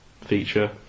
feature